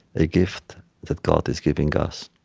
a gift that god is giving us.